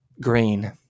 green